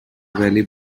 valley